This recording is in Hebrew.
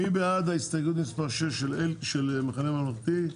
מי בעד ההסתייגות 6 של המחנה הממלכתי?